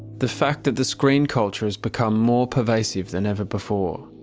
the fact that the screen culture has become more pervasive than ever before,